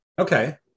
Okay